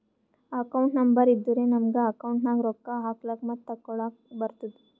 account number ಇದ್ದುರೆ ನಮುಗ account ನಾಗ್ ರೊಕ್ಕಾ ಹಾಕ್ಲಕ್ ಮತ್ತ ತೆಕ್ಕೊಳಕ್ಕ್ ಬರ್ತುದ್